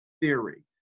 theory